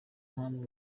mpamvu